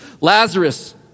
Lazarus